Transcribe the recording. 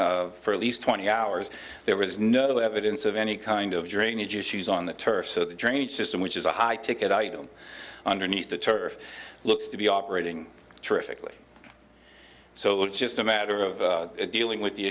for at least twenty hours there was no evidence of any kind of joining huge issues on the turf so the drainage system which is a high ticket item underneath the turf looks to be operating terrifically so it's just a matter of dealing with the